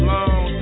Long